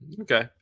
Okay